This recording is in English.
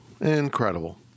Incredible